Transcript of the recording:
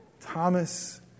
Thomas